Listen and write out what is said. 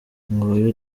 nguyu